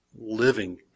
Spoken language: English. living